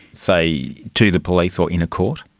say, to the police or in a court?